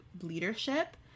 leadership